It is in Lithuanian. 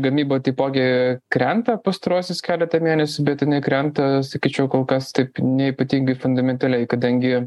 gamyba taipogi krenta pastaruosius keletą mėnesių bet krenta sakyčiau kol kas taip neypatingai fundamentaliai kadangi